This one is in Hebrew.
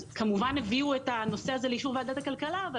כמובן הביאו את הנושא הזה לאישור ועדת הכלכלה אבל